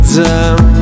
down